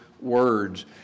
words